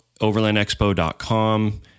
overlandexpo.com